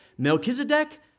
Melchizedek